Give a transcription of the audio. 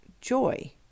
joy